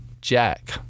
Jack